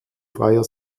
freier